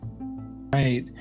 Right